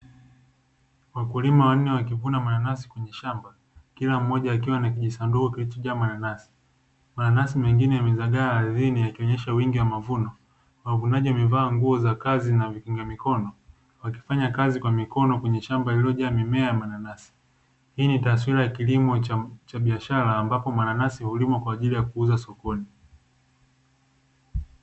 Wakulima wanne wakivuna mananasi kwenye shamba kila mmoja akiwa ana kijisanduku kilichojaa manansi, mananasi mengine yamezaa ardhini yakionyesha wingi wa mavuno, wavunaji wamevaa nguo za kazi na vikinga mikono wakifanya kazi kwa mikono kwenye shamba lililojaa mimea ya mananasi hii ni taswira ya kilimo cha biashara ambapo mananasi hulimwa kwajili ya kuuzwa sokoni.